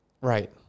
Right